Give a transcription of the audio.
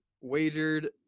wagered